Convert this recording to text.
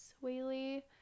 Whaley